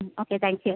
okay thank you